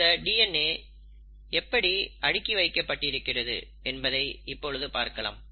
இந்த டிஎன்ஏ எப்படி அடுக்கி வைக்கப்பட்டிருக்கிறது என்பதை இப்பொழுது பார்க்கலாம்